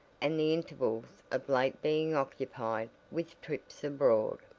and the intervals of late being occupied with trips abroad.